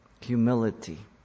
humility